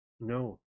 No